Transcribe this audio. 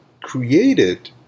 created